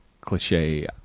Cliche